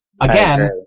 Again